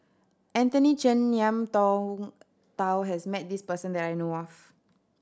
Anthony Chen Ngiam Tong Dow has met this person that I know of